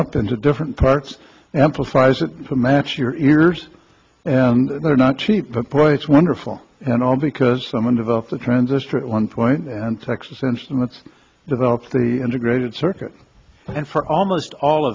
up into different parts amplifies it from match your ears and they're not cheap but boy it's wonderful and all because someone developed a transistor at one point and texas instruments developed the integrated circuit and for almost all